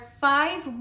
five